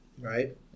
right